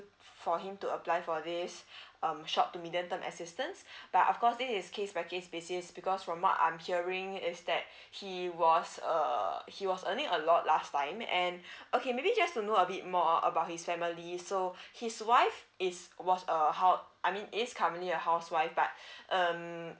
for him to apply for this um short to medium term assistance but of course this is case by case basis because from what I'm hearing is that he was a he was earning a lot last time and okay maybe just to know a bit more uh about his family so his wife is was a hou~ I mean it's currently a housewife but um